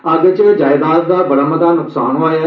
अग्ग च जायदाद दा बड़ा मता न्क्सान होआ ऐ